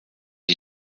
die